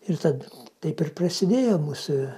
ir tad taip ir prasidėjo mūsų